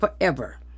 forever